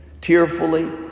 Tearfully